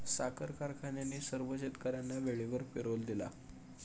साखर कारखान्याने सर्व शेतकर्यांना वेळेवर पेरोल दिला